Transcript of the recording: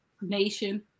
Nation